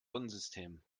sonnensystem